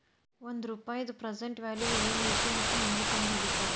ಒಂದ ರೂಪಾಯಿದ್ present value ಏನೈತಿ ಮತ್ತ ಹೆಂಗ ಕಂಡಹಿಡಿತಾರಾ